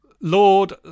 Lord